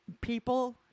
people